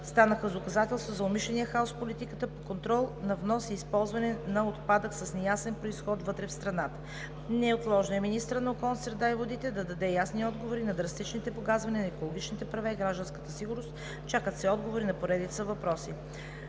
станаха доказателство за умишления хаос в политиката по контрол на внос и използване на отпадък с неясен произход вътре в страната. Неотложно е министърът на околната среда и водите да даде ясни отговори на драстичните погазвания на екологичните права и гражданската сигурност. Чакат се отговори на поредица въпроси: